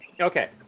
Okay